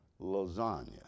lasagna